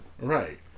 Right